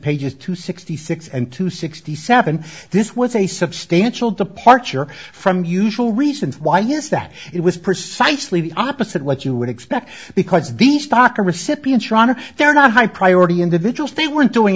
pages two sixty six and two sixty seven this was a substantial departure from usual reasons why is that it was precisely the opposite what you would expect because the stock a recipient they're not high priority individuals they weren't doing